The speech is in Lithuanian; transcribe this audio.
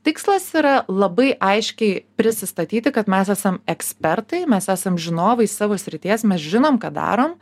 tikslas yra labai aiškiai prisistatyti kad mes esam ekspertai mes esam žinovai savo srities mes žinom ką darom